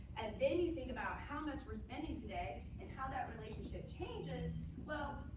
and then you think about how much we're spending today, and how that relationship changes. well,